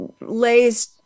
lays